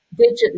digitally